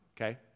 okay